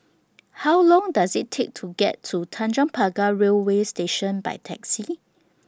How Long Does IT Take to get to Tanjong Pagar Railway Station By Taxi